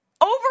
over